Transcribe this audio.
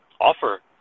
offer